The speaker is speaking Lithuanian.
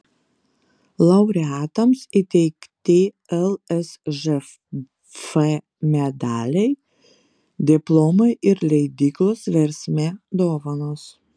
laureatams įteikti lsžf medaliai diplomai ir leidyklos versmė dovanos